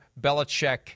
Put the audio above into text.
Belichick